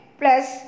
plus